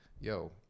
yo